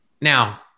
Now